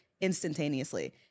instantaneously